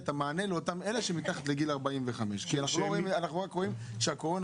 המענה לאותם אלה שמתחת לגיל 45. כי אנחנו רק רואים שהקורונה